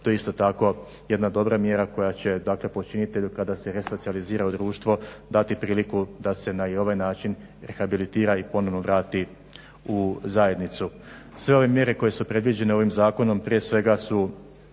To je isto tako jedna dobra mjera koja će, dakle počinitelju kada se resocijalizira u društvo dati priliku da se na i ovaj način rehabilitira i ponovno vrati u zajednicu. Sve ove mjere koje su predviđene ovim Zakonom, prije svega su